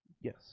Yes